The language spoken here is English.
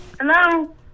Hello